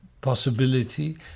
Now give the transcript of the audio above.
possibility